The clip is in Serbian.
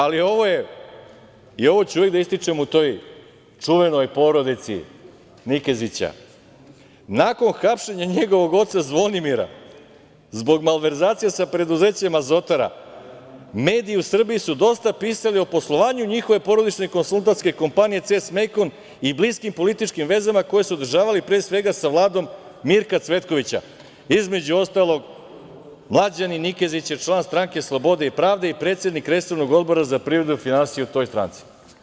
Ali, ovo je i ovo ću uvek da ističem o toj čuvenoj porodici Nikezića, nakon hapšenja njegovog oca Zvonimira zbog malverzacije sa preduzećem „Azotara“ mediji u Srbiji su dosta pisali o poslovanju njihove porodične konsultantske kompanije „CES- Mekon“ i bliskim političkim vezama koje su održavali pre svega sa Vladom Mirka Cvetkovića, između ostalog mlađeni Nikezić je član Stranke slobode i pravde i predsednik resornog odbora za privredu i finansije u toj stranci.